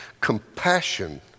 Compassion